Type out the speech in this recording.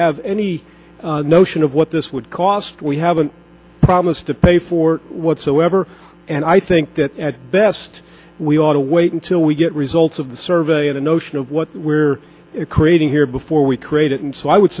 have any notion of what this would cost we have a promise to pay for it whatsoever and i think that at best we ought to wait until we get results of the survey in the notion of what we're creating here before we create it and so i would